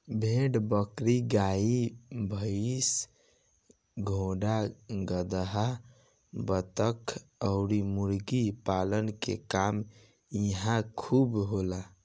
भेड़ बकरी, गाई भइस, घोड़ा गदहा, बतख अउरी मुर्गी पालन के काम इहां खूब होला